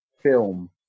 film